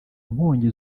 nkongi